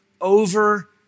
over